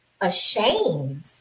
ashamed